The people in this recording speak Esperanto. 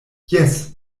jes